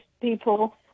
people